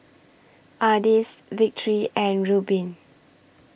Ardis Victory and Rubin